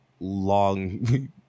long